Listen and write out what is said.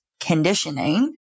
conditioning